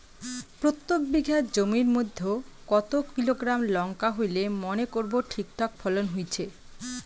প্রত্যেক বিঘা জমির মইধ্যে কতো কিলোগ্রাম লঙ্কা হইলে মনে করব ঠিকঠাক ফলন হইছে?